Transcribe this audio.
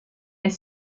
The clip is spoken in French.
est